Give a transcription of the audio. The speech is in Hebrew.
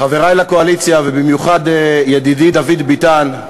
חברי לקואליציה, ובמיוחד ידידי דוד ביטן,